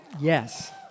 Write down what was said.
Yes